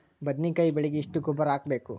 ಬದ್ನಿಕಾಯಿ ಬೆಳಿಗೆ ಎಷ್ಟ ಗೊಬ್ಬರ ಹಾಕ್ಬೇಕು?